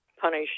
punish